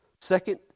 Second